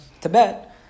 Tibet